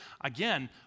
Again